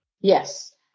Yes